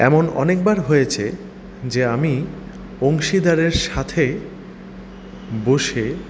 এমন অনেকবার হয়েছে যে আমি অংশীদারের সাথে বসে